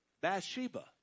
Bathsheba